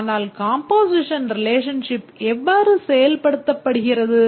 ஆனால் composition relationship எவ்வாறு செயல்படுத்தப்படுகிறது